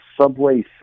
subway